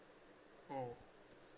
oh